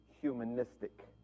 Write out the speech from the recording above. humanistic